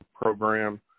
program